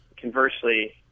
Conversely